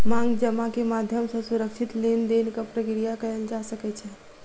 मांग जमा के माध्यम सॅ सुरक्षित लेन देनक प्रक्रिया कयल जा सकै छै